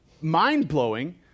mind-blowing